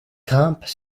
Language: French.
grimpent